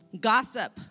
Gossip